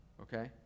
Okay